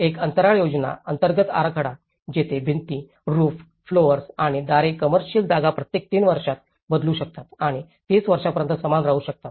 एक अंतराळ योजना अंतर्गत आराखडा जेथे भिंती रूफ फ्लोवर्स आणि दारे कंमेर्सिल जागा प्रत्येक 3 वर्षांत बदलू शकतात आणि 30 वर्षांपर्यंत समान राहू शकतात